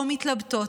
או מתלבטות,